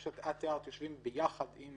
תיארת שאתם יושבים ביחד עם